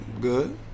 good